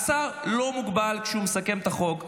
שר לא מוגבל כשהוא מסכם את החוק.